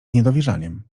niedowierzaniem